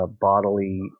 bodily